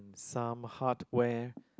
some hardware